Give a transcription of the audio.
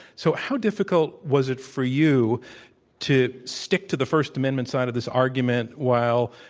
so how difficult was it for you to stick to the first amendment side of this argument while,